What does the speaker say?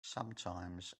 sometimes